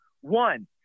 One